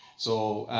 so